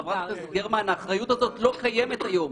חברת הכנסת גרמן, האחריות הזאת לא קיימת היום.